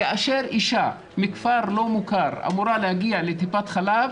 כאשר אישה מכפר לא מוכר אמורה להגיע לטיפת חלב,